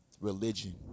religion